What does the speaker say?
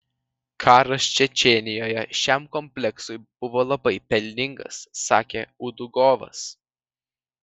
karas čečėnijoje šiam kompleksui buvo labai pelningas sakė udugovas